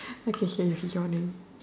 okay sure if you joining